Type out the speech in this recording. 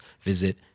visit